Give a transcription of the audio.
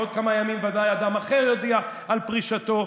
בעוד כמה ימים ודאי אדם אחר יודיע על פרישתו.